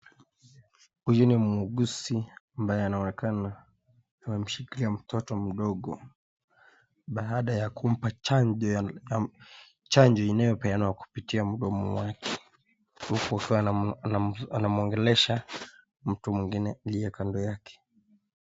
Huyu ni muuguzi ambaye anaonekana amemshikilia mtoto mdogo baada ya kumpa chanjo inayopeanwa kupitia mdomo yake uku akiwa anamwongelesha mtu mwingine aliye kando yake.